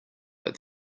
but